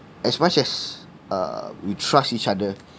as much as uh we trust each other